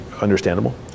understandable